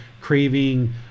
craving